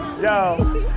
Yo